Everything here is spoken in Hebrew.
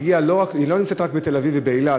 היא לא נמצאת רק בתל-אביב ובאילת,